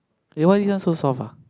eh why this one so soft ah